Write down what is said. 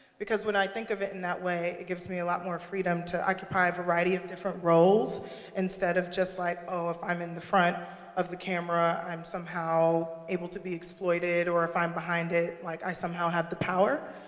because when i think of it in that way, it gives me a lot more freedom to occupy a variety of different roles instead of just like, oh, if i'm in the front of the camera, i'm somehow able to be exploited or if i'm behind it, like i somehow have the power.